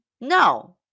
No